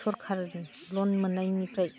सोरखारनि ल'न मोननायनिफ्राय